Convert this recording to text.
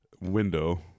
window